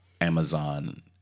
Amazon